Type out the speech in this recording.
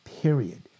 Period